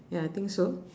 ya I think so